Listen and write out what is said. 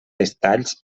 detalls